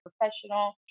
professional